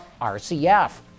RCF